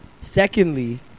secondly